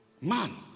man